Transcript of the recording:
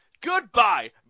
Goodbye